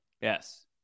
Yes